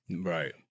right